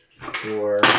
Four